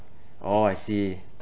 orh I see